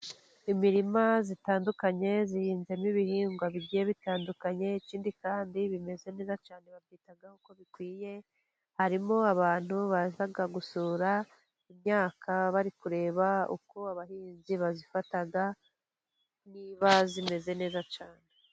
Imirima itandukanye ihinzemo ibihingwa bigiye bitandukanye, ikindi kandi bimeze neza cyane, babyitaho uko bikwiye. Harimo abantu baza gusura imyaka, bari kureba uko abahinzi bayifata niba imeze neza cyane.